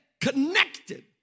connected